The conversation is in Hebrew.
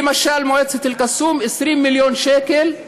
למשל, מועצת אל קסום, 20 מיליון שקל,